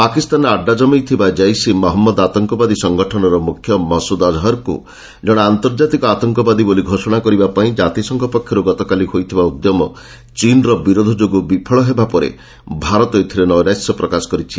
ପାକିସ୍ତାନରେ ଆଡ୍ରା ଜମାଇଥିବା ଜୈସ ଇ ମହମ୍ମଦ ଆତଙ୍କବାଦୀ ସଂଗଠନର ମୁଖ୍ୟ ମସୁଦ୍ ଅଜହର୍କୁ ଜଣେ ଆନ୍ତର୍ଜାତିକ ଆତଙ୍କବାଦୀ ବୋଲି ଘୋଷଣା କରିବା ପାଇଁ ଜାତିସଂଘ ପକ୍ଷରୁ ଗତକାଲି ହୋଇଥିବା ଉଦ୍ୟମ ଚୀନର ବିରୋଧ ଯୋଗୁଁ ବିଫଳ ହେବା ପରେ ଭାରତ ଏଥିରେ ନୈରାଶ୍ୟ ପ୍ରକାଶ କରିଛି